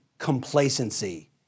complacency